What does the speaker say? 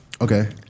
Okay